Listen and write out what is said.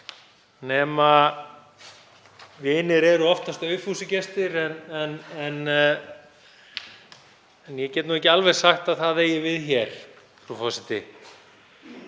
vinir eru oftast aufúsugestir en ég get ekki alveg sagt að það eigi við hér, frú forseti.